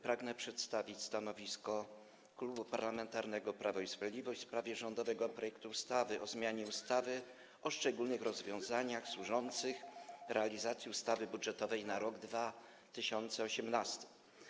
Pragnę przedstawić stanowisko Klubu Parlamentarnego Prawo i Sprawiedliwość w sprawie rządowego projektu ustawy o zmianie ustawy o szczególnych rozwiązaniach służących realizacji ustawy budżetowej na rok 2018.